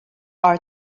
are